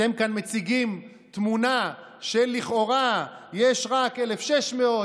אתם כאן מציגים תמונה שלכאורה יש רק 1,600,